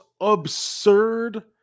absurd